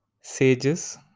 sages